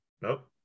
Nope